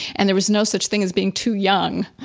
and there was no such thing as being too young.